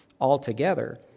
altogether